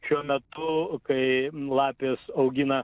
šiuo metu kai lapės augina